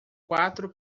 quatro